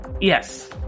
Yes